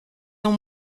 dans